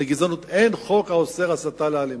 אבל אין חוק האוסר הסתה לאלימות,